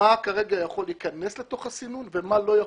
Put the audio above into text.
על חינוך?